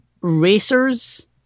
racers